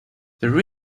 there